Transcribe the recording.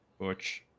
butch